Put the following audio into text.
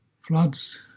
floods